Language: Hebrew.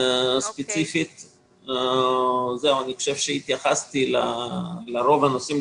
אני חושב שהתייחסתי לרוב הנושאים.